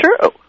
true